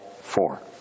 four